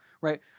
right